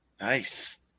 Nice